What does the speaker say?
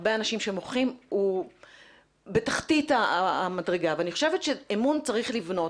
הרבה אנשים שמוחים הוא בתחתית המדרגה ואני חושבת שאמון צריך לבנות.